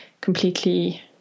completely